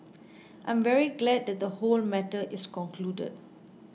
I am very glad that the whole matter is concluded